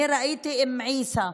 אני ראיתי את אום עיסא,